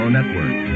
Network